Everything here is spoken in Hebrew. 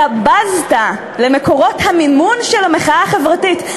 אתה בזת למקורות המימון של המחאה החברתית.